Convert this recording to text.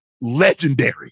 legendary